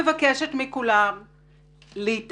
מבקשת מכולם להתאפק